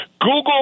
Google